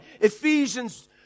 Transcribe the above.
Ephesians